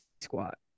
squat